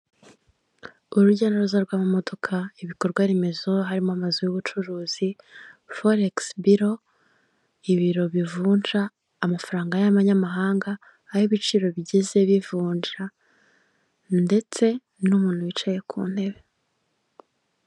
Urujya n'uruza rw'amamodoka ibikorwa remezo harimo amazu y'ubucuruzi forekisi biro, ibiro bivunja amafaranga y'abamanyamahanga, aho ibiciro bigeze bivunja ndetse n'umuntu wicaye ku ntebe.